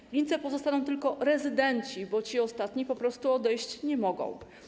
W klinice pozostaną tylko rezydenci, bo ci ostatni po prostu odejść nie mogą.